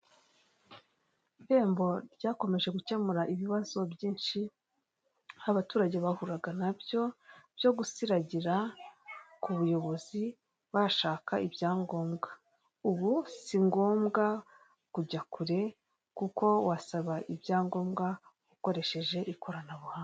Irembo ryakomeje gukemura ibibazo byinshi abaturage bahuraga nabyo byo gusiragira ku buyobozi bashaka ibyangombwa, ubu si ngombwa kujya kure kuko wasaba ibyangombwa ukoresheje ikoranabuhanga.